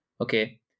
Okay